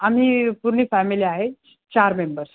आम्ही पूर्ण फॅमिली आहे चार मेंबर्स